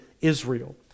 Israel